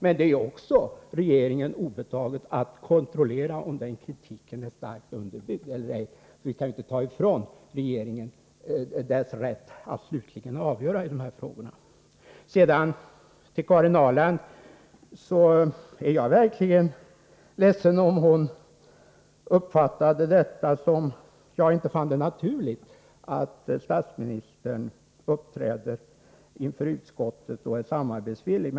Men det är också regeringen obetaget att kontrollera om den kritiken är starkt underbyggd eller ej. Vi kan inte ta ifrån regeringen dess rätt att slutligen avgöra dessa frågor. Jag är verkligen ledsen om Karin Ahrland uppfattade det som att jag inte finner det naturligt att statsministern uppträder inför utskottet och är samarbetsvillig.